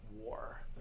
war